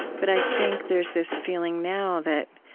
but i think there's this feeling now that